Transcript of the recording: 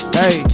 hey